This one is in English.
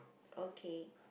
okay